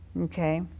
Okay